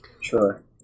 Sure